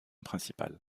principal